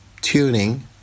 tuning